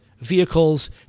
vehicles